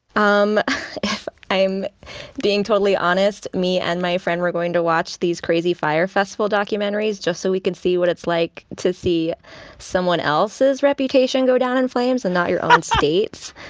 um if i'm being totally honest, me and my friend were going to watch these crazy fyre festival documentaries just so we can see what it's like to see someone else's reputation go down in flames and not your. own state's.